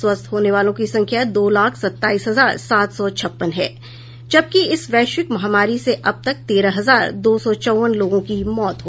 स्वस्थ होने वालों की संख्या दो लाख सत्ताईस हजार सात सौ छप्पन है जबकि इस वैश्विक महामारी से अब तक तेरह हजार दो सौ चौवन लोगों की मौत हो चुकी है